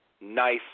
nice